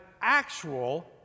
actual